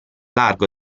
largo